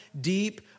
deep